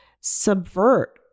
subvert